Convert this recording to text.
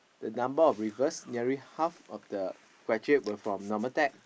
the number of reverse nearly half of the graduate were from normal tech